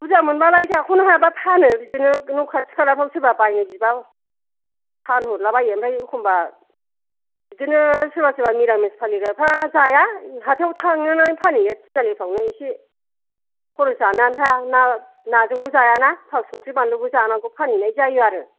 बुरजा मोनबालाय जाख'नो हायाबा फानो बिदिनो खाथि खाला सोरबा बायनो बिबा फानहरला बायो ओमफ्राय एखम्बा बिदिनो सोरबा सोरबा मिरामिस फालिग्राफ्रा जाया हाथायाव थांनानै फानहैयो तिनालिफ्रावनो एसे खरस जानो आन्था ना नाजोंल' जाया ना थाव संख्रि बानलुबो जानांगौ फानहैनाय जायो आरो